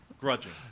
Grudging